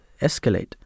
escalate